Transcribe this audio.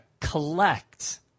collect